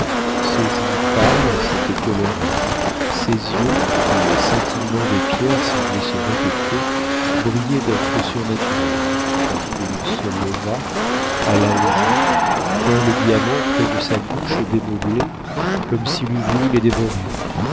ses joues pâles s'étaient colorées ses yeux où les scintillements des pierres semblaient se répéter brillaient d'un feu surnaturel il se leva alla au jour tint les diamants près de sa bouche démeublée comme s'il eût voulu les dévorer